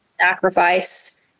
sacrifice